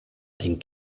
den